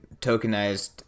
tokenized